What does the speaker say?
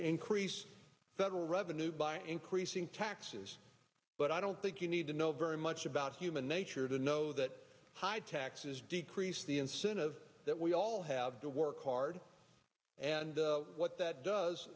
increase federal revenue by increasing taxes but i don't think you need to know very much about human nature to know that my taxes decreased the incentive that we all have to work hard and what that does